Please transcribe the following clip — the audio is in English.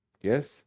Yes